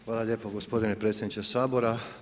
Hvala lijepo gospodine predsjedniče Sabora.